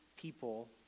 people